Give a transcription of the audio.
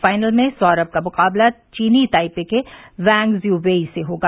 final में सौरम का मुकाबला चीनी ताइपे के वैंग ज्यू वेई से होगा